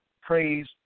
praise